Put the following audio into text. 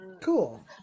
Cool